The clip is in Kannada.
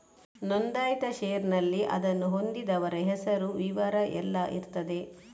ನೋಂದಾಯಿತ ಷೇರಿನಲ್ಲಿ ಅದನ್ನು ಹೊಂದಿದವರ ಹೆಸರು, ವಿವರ ಎಲ್ಲ ಇರ್ತದೆ